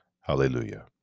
Hallelujah